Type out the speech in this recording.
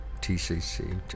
TCC